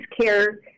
care